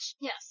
Yes